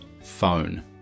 phone